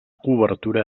cobertura